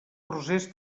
rosers